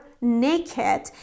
naked